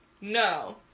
No